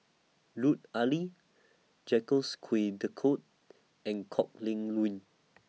Lut Ali Jacques De Coutre and Kok Leun